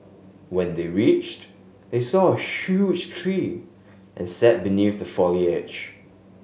when they reached they saw a huge tree and sat beneath the foliage